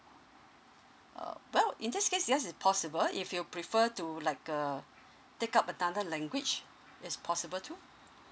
uh well in this case yes is possible if you prefer to like err take up another language is possible too